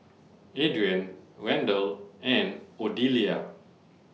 Adrien Randall and Odelia